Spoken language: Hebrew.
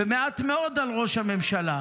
ומעט מאוד על ראש הממשלה.